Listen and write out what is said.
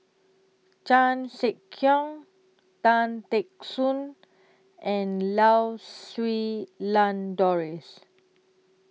Chan Sek Keong Tan Teck Soon and Lau Siew Lang Doris